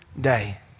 day